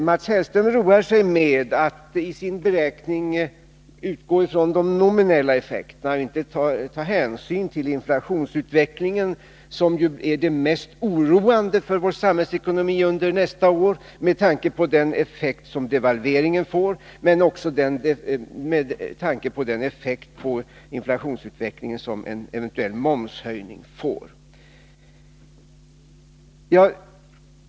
Mats Hellström roar sig med att i sin beräkning utgå från de nominella effekterna. Han tar inte hänsyn till inflationsutvecklingen, som ju är det mest oroande för vår samhällsekonomi under nästa år med tanke på den effekt som devalveringen, liksom också en eventuell momshöjning, får.